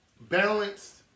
balanced